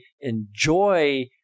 enjoy